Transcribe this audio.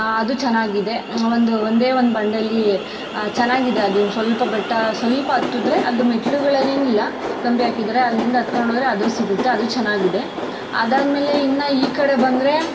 ಅದು ಚೆನ್ನಾಗಿದೆ ಒಂದು ಒಂದೇ ಒಂದು ಬಂಡೆಯಲ್ಲಿ ಚೆನ್ನಾಗಿದೆ ಅದೂ ಸ್ವಲ್ಪ ಬೆಟ್ಟ ಸ್ವಲ್ಪ ಹತ್ತಿದ್ರೆ ಅದು ಮೆಟ್ಲುಗಳೆಲ್ಲ ಏನಿಲ್ಲ ಕಂಬಿ ಹಾಕಿದ್ದಾರೆ ಅಲ್ಲಿಂದ ಹತ್ಕೊಂಡ್ ಹೋದ್ರೆ ಅದು ಸಿಗುತ್ತೆ ಅದು ಚೆನ್ನಾಗಿದೆ ಅದಾದಮೇಲೆ ಇನ್ನು ಈ ಕಡೆ ಬಂದರೆ